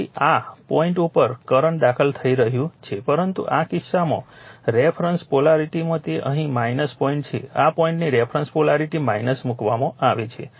તેથી આ પોઇન્ટ ઉપર કરંટ દાખલ થઈ રહ્યું છે પરંતુ આ કિસ્સામાં રેફરન્સ પોલારિટીમાં તે અહીં પોઇન્ટ છે આ પોઇન્ટને રેફરન્સ પોલારિટી મૂકવામાં આવે છે